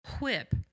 Whip